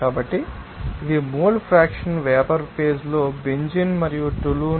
కాబట్టి ఇవి mole fraction vapour phase లో బెంజీన్ మరియు టోలున్